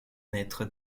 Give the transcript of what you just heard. maître